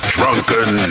Drunken